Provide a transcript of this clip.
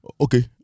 okay